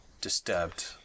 Disturbed